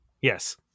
Yes